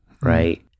Right